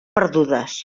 perdudes